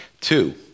Two